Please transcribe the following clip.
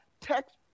text